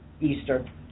Easter